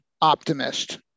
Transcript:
optimist